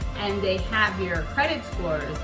and they have your credit scores,